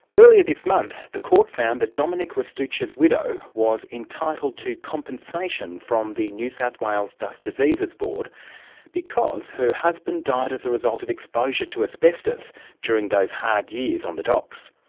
earlier this month the court found that dominic restuccia's widow was entitled to compensation from the new south wales dust diseases board because her husband died as a result of exposure to asbestos during those hard years on the docks.